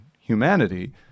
humanity